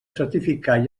certificar